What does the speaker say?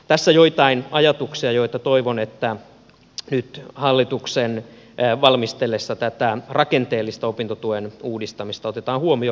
tässä joitain ajatuksia joita toivon että nyt hallituksen valmistellessa tätä rakenteellista opintotuen uudistamista otetaan huomioon